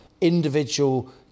individual